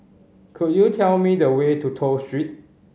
could you tell me the way to Toh Street